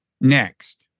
next